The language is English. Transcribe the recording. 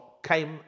came